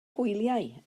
hwyliau